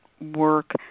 work